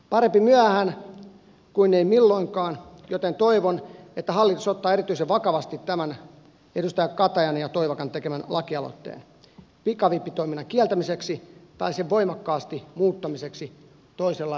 parempi myöhään kuin ei milloinkaan joten toivon että hallitus ottaa erityisen vakavasti nämä edustajien katajan ja toivakan tekemät lakialoitteet pikavippitoiminnan kieltämiseksi tai sen voimakkaasti muuttamiseksi toisenlaiseksi